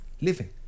living